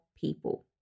people